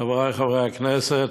חברי חברי הכנסת,